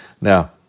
Now